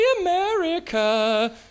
America